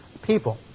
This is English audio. People